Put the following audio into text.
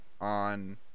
on